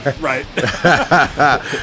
Right